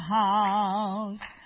house